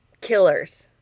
killers